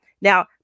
Now